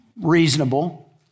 reasonable